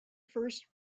first